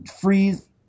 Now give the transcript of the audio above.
freeze